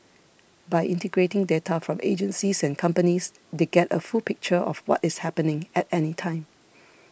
by integrating data from agencies and companies they get a full picture of what is happening at any time